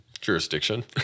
jurisdiction